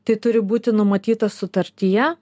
tai turi būti numatyta sutartyje